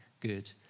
good